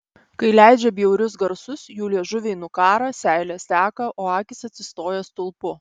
kai leidžia bjaurius garsus jų liežuviai nukąrą seilės teka o akys atsistoja stulpu